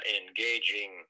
engaging